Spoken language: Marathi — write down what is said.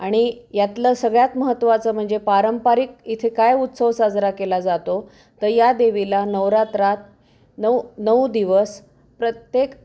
आणि यातलं सगळ्यात महत्त्वाचं म्हणजे पारंपरिक इथे काय उत्सव साजरा केला जातो तर या देवीला नवरात्रात नऊ नऊ दिवस प्रत्येक